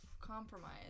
compromise